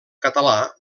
català